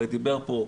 דיבר פה,